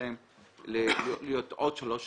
שלהם בעוד שלוש שנים,